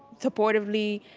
supportively,